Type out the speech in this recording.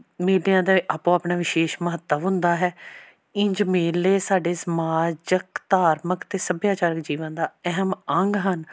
ਮੇਲਿਆਂ ਦਾ ਆਪੋ ਆਪਣਾ ਵਿਸ਼ੇਸ਼ ਮਹੱਤਵ ਹੁੰਦਾ ਹੈ ਇੰਝ ਮੇਲੇ ਸਾਡੇ ਸਮਾਜਿਕ ਧਾਰਮਿਕ ਅਤੇ ਸੱਭਿਆਚਾਰਕ ਜੀਵਨ ਦਾ ਅਹਿਮ ਅੰਗ ਹਨ